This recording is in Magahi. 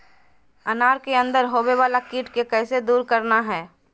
अनार के अंदर होवे वाला कीट के कैसे दूर करना है?